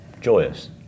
joyous